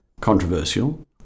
controversial